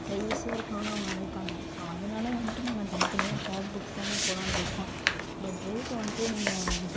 ப்ரைவசியாக இருக்குதுனுன்னு அவங்க நினப்பாங்க ஸோ அதனால் வந்துட்டு நாங்கள் தனியாக தனியாக கேப் புக் பண்ணி போகலான்னு இருக்கோம் பட் ரேட் வந்துட்டு நீங்கள்